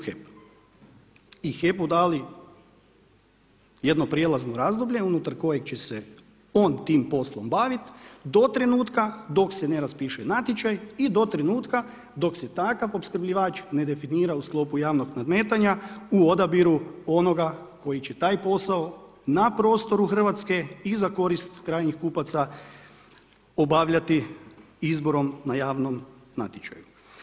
I HEP-u dali jedno prijelazno razdoblje unutar kojeg će se on tim poslom baviti do trenutka dok se ne raspiše natječaj i do trenutka, dok se takav opskrbljivač ne definira u sklopu javnog nadmetanja u odabiru onoga koji će taj posao, na prostoru Hrvatske i za korist krajnjih kupaca, obavljati izborom na javnom natječaju.